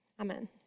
Amen